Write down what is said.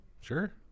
Sure